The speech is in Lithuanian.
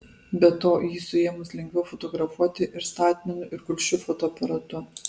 be to jį suėmus lengviau fotografuoti ir statmenu ir gulsčiu fotoaparatu